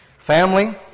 Family